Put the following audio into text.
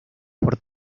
por